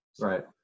Right